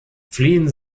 fliehen